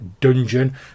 dungeon